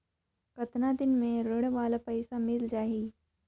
कतना दिन मे ऋण वाला पइसा मिल जाहि?